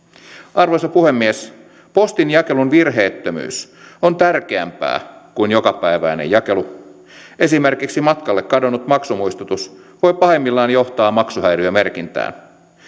arvoisa puhemies postinjakelun virheettömyys on tärkeämpää kuin jokapäiväinen jakelu esimerkiksi matkalle kadonnut maksumuistutus voi pahimmillaan johtaa maksuhäiriömerkintään